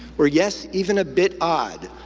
or, yes, even a bit odd,